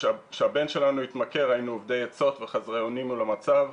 כשהבן שלנו התמכר היינו אובדי עצות וחסרי אונים מול המצב.